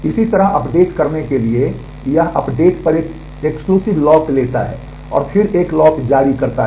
इसी तरह अपडेट करने के लिए यह अपडेट पर एक विशेष लॉक लेता है और फिर एक लॉक जारी करता है